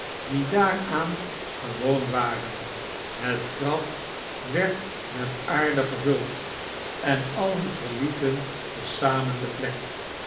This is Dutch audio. die daaraan gewoon waren het graf werd met aarde gevuld en alien verlieten te zamen de plek